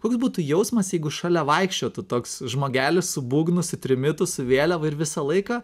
koks būtų jausmas jeigu šalia vaikščiotų toks žmogelis su būgnu su trimitu su vėliava ir visą laiką